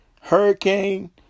Hurricane